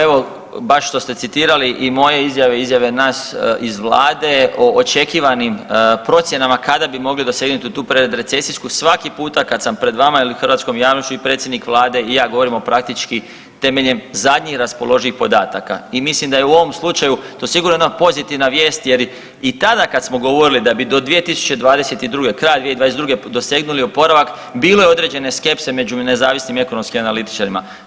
Evo, baš što ste citirali i moje izjave i izjave nas iz Vlade, o očekivanim procjenama kada bi mogli dosegnuti tu predrecesijsku, svaki puta kad sam pred vama ili hrvatskom javnošću i predsjednik Vlade i ja govorimo o praktički temeljem zadnjih raspoloživih podataka i mislim da je u ovom slučaju to sigurno jedna pozitivna vijest jer i tada, kad smo govorili da bi do 2022., kraja 2022. dosegnuli oporavak, bilo je određene skepse među nezavisnim i ekonomskim analitičarima.